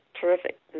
terrific